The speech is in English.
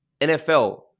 NFL